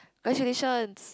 congratulations